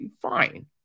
Fine